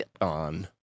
on